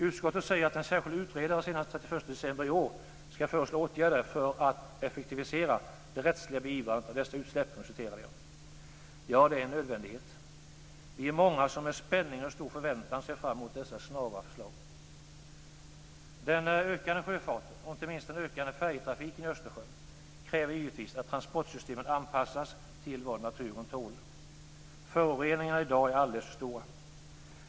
Utskottet säger att en särskild utredare senast den 31 december i år skall föreslå åtgärder "för att effektivisera det rättsliga beivrandet av dessa utsläpp". Ja, detta är en nödvändighet. Vi är många som med spänning och stor förväntan ser fram mot dessa snara förslag. Den ökande sjöfarten, och inte minst den ökande färjetrafiken i Östersjön, kräver givetvis att transportsystemen anpassas till vad naturen tål. Föroreningarna är i dag alldeles för stora.